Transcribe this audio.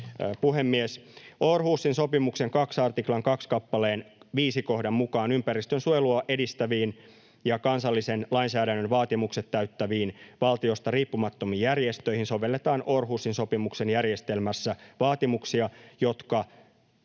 Puhemies! Århusin sopimuksen 2 artiklan 2 kappaleen 5 kohdan mukaan ympäristönsuojelua edistäviin ja kansallisen lainsäädännön vaatimukset täyttäviin valtiosta riippumattomiin järjestöihin sovelletaan Århusin sopimuksen järjestelmässä vaatimuksia, jotka